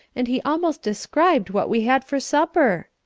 and he almost described what we had for supper.